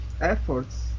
efforts